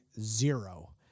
zero